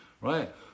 right